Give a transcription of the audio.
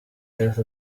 health